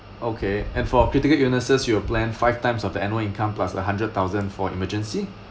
okay and for critical illnesses you will plan five times of the annual income plus a hundred thousand for emergency